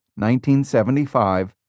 1975